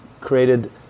created